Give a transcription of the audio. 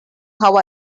how